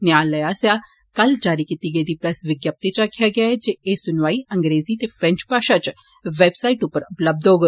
न्यायालय आस्सेआ कल जारी कीती गेदी प्रेस विज्ञप्ति च आक्खेआ गेआ ऐ जे एह सुनवाई अंग्रेजी ते फ्रेंच भाषा च वैबसाईट उप्पर उपलब्ध होग